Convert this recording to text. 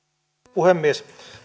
puhemies